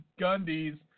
Gundy's